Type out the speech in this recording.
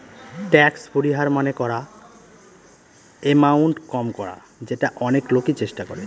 tax পরিহার মানে করা এমাউন্ট কম করা যেটা অনেক লোকই চেষ্টা করে